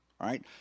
right